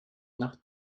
nach